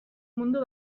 mundu